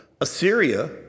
Assyria